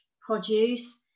produce